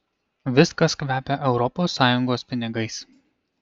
viskas kvepia europos sąjungos pinigais